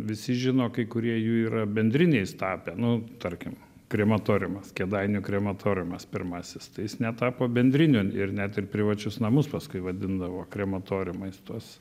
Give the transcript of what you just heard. visi žino kai kurie jų yra bendriniais tapę nu tarkim krematoriumas kėdainių krematoriumas pirmasis tai jis netapo bendriniu ir net ir privačius namus paskui vadindavo krematoriumais tuos